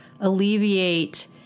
alleviate